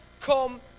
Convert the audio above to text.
come